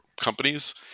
companies